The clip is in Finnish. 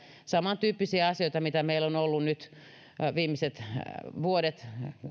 saman tyyppisiä asioita joita meillä on ollut nyt viimeiset vuodet